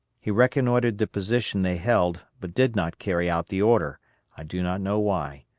he reconnoitered the position they held, but did not carry out the order i do not know why.